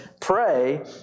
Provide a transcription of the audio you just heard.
pray